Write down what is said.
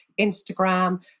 Instagram